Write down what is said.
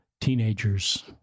teenagers